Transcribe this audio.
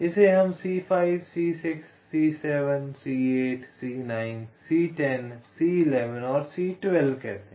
इसे हम C5 C6 C7 C8 C9 C10 C11 और C12 कहते हैं